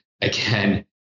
again